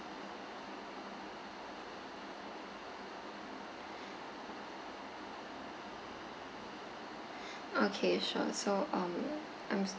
okay sure so um I'm